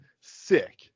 sick